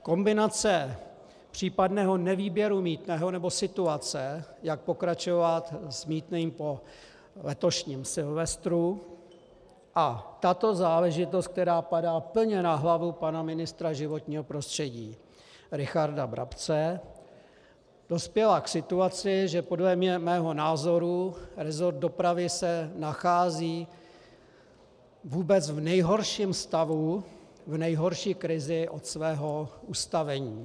Kombinace případného nevýběru mýtného, nebo situace, jak pokračovat s mýtným po letošním Silvestru, a tato záležitost, která padá plně na hlavu pana ministra životního prostředí Richarda Brabce, dospěla k situaci, že se podle mého názoru resort dopravy nachází vůbec v nejhorším stavu, v nejhorší krizi od svého ustavení.